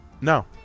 No